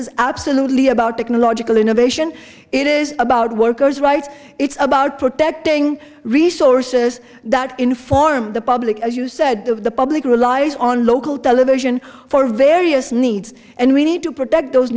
is absolutely about technological innovation it is about workers rights it's about protecting resources that inform the public as you said of the public relies on local television for various needs and we need to protect those